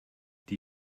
die